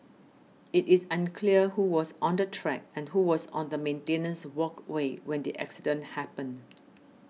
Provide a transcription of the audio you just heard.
it is unclear who was on the track and who was on the maintenance walkway when the accident happened